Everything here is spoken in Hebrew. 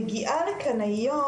היום.